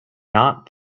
not